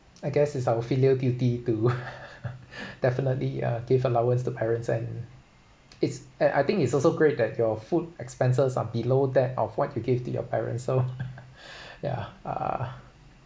I guess it's our filial duty to definitely uh give allowance to parents and it's a~ I think it's also great that your food expenses are below that of what you give to your parents so yeah uh